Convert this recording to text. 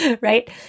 right